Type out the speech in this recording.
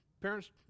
Parents